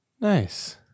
Nice